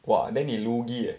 !wah! then 你 lugi eh